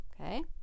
Okay